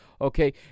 Okay